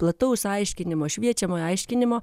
plataus aiškinimo šviečiamojo aiškinimo